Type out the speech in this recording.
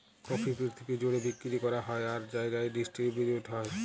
coffee পিরথিবি জ্যুড়ে বিক্কিরি ক্যরা হ্যয় আর জায়গায় ডিসটিরিবিউট হ্যয়